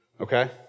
okay